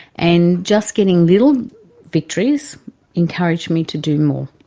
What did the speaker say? and just getting little victories encouraged me to do more.